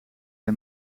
hij